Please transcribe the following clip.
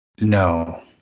No